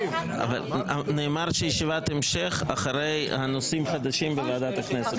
נאמר שישיבת ההמשך אחרי הנושאים חדשים בוועדת הכנסת.